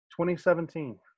2017